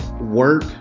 work